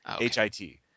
h-i-t